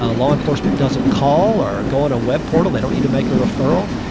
ah law enforcement doesn't call or go on a web portal, they don't need to make a referral,